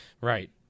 right